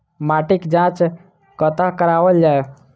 माटिक जाँच कतह कराओल जाए?